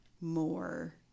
more